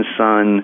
son